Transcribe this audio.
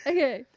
Okay